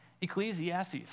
Ecclesiastes